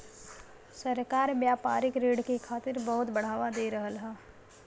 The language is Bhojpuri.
सरकार व्यापारिक ऋण के खातिर बहुत बढ़ावा दे रहल हौ